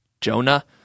Jonah